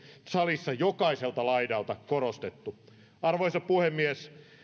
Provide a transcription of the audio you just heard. salissa jokaiselta laidalta korostettu arvoisa puhemies